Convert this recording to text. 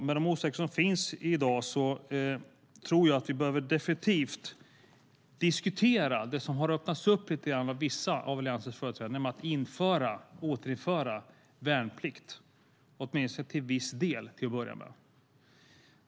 Med de osäkerheter som finns i dag tror jag att vi definitivt behöver diskutera det som har öppnats upp lite grann av vissa av Alliansens företrädare, nämligen att återinföra värnplikt, åtminstone till viss del till att börja med.